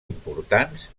importants